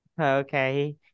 okay